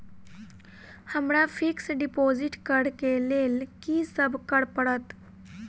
हमरा fix deposit करऽ केँ लेल की सब करऽ पड़त?